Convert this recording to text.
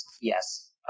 yes